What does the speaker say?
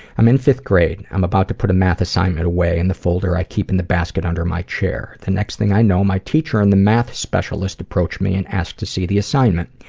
i'm in fifth grade. i'm about to put a math assignment away in the folder i keep in the basket under my chair. the next thing i know my teacher and the math specialist approach me and ask to see the assignment.